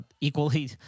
equally